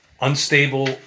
Unstable